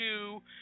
two